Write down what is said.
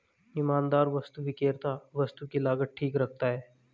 ईमानदार वस्तु विक्रेता वस्तु की लागत ठीक रखता है